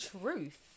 truth